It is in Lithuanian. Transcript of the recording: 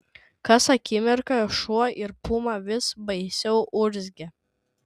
kas akimirką šuo ir puma vis baisiau urzgė